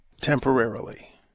Temporarily